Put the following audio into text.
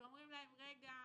שאומרים להם: "רגע,